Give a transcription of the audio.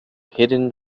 hidden